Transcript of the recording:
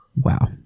wow